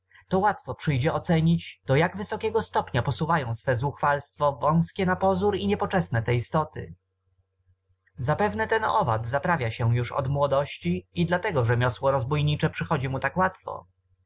to łatwo przyjdzie ocenić do jak wysokiego stopnia posuwają swe zuchwalstwo wątłe napozór i niepoczesne te istoty zapewne ten owad zaprawia się już od młodości i dlatego rzemiosło rozbójnicze przychodzi mu tak łatwo